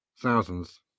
Thousands